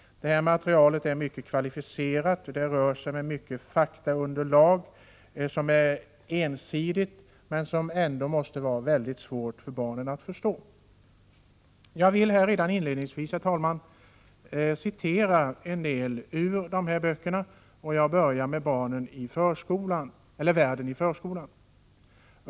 Det åberopade materialet är mycket kvalificerat och har ett omfattande faktaunderlag, som är ensidigt och som måste vara mycket svårt för barnen att förstå. Herr talman! Jag vill redan inledningsvis citera en del ur de aktuella böckerna, och jag börjar med Världen i förskolan.